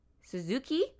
Suzuki